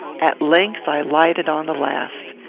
at length i lighted on the last.